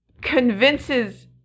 convinces